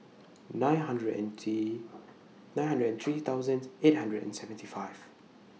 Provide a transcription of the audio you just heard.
nine hundred and T nine hundred and three thousand eight hundred and seventy five